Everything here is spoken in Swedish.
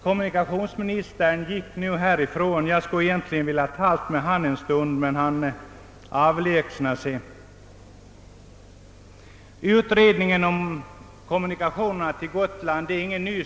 Jag skulle egentligen ha velat tala en stund med kommunikationsministern, men han har avlägsnat sig just nu. Utredningar om kommunikationerna till Gotland är ingen nyhet.